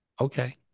okay